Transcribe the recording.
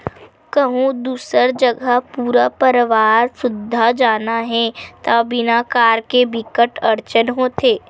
कहूँ दूसर जघा पूरा परवार सुद्धा जाना हे त बिना कार के बिकट अड़चन होथे